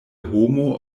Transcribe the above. homo